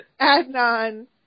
Adnan